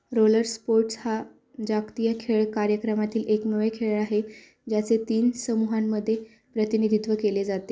roller sports हा जागतिक खेळ कार्यक्रमातील एकमेव खेळ आहे ज्याचे तीन समूहांमध्ये प्रतिनिधित्व केले जाते